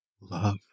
love